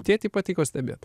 tėtei patiko stebėt